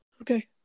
Okay